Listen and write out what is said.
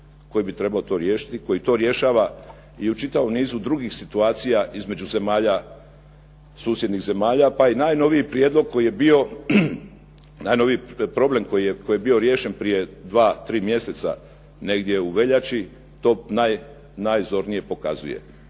koji bi trebao to riješiti, koji to rješava i u čitavom nizu drugih situacija između zemalja, susjednih zemalja pa i najnoviji prijedlog koji je bio, najnoviji problem koji je bio riješen prije dva, tri mjeseca, negdje u veljači, to najzornije pokazuje.